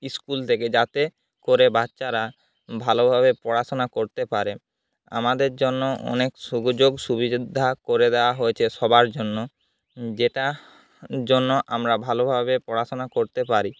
school থেকে যাতে করে বাচ্চারা ভালোভাবে পড়াশোনা করতে পারে আমাদের জন্য অনেক সুযোগ সুবিধা করে দেওয়া হয়েছে সবার জন্য যেটার জন্য আমরা ভালোভাবে পড়াশোনা করতে পারি